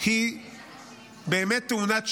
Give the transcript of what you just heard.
היא באמת תאונת שרשרת.